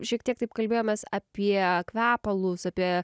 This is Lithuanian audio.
šiek tiek taip kalbėjomės apie kvepalus apie